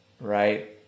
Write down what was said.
Right